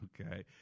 okay